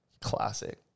classic